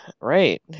Right